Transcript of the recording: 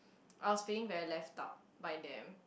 I was feeling very left out by them